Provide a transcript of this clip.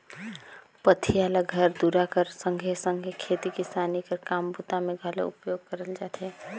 पथिया ल घर दूरा कर संघे सघे खेती किसानी कर काम बूता मे घलो उपयोग करल जाथे